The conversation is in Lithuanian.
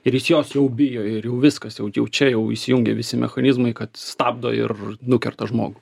ir jis jos jau bijo ir viskas jau jau čia jau įsijungia visi mechanizmai kad stabdo ir nukerta žmogų